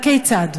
הכיצד?